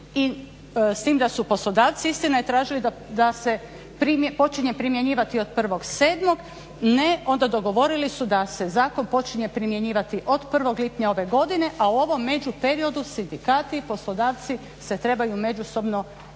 s tim da su poslodavci istina je tražili da se počinje primjenjivati od 1.7. onda dogovorili da se zakon počinje primjenjivati od prvog lipnja ove godine a u ovom među periodu sindikati i poslodavci se trebaju međusobno izdogovarati